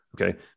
Okay